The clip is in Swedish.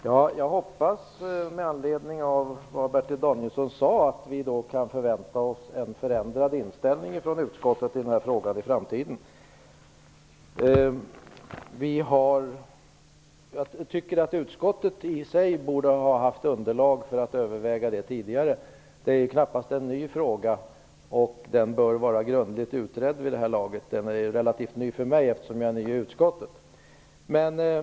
Herr talman! Med anledning av vad Bertil Danielsson sade hoppas jag att vi kan förvänta oss en förändrad inställning från utskottet i den här frågan i framtiden. Jag tycker att utskottet borde ha haft underlag för att överväga det tidigare. Det är knappast en ny fråga. Den bör vara grundligt utredd vid det här laget. Den är relativt ny för mig eftersom jag är ny i utskottet.